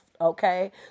Okay